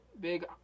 big